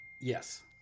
Yes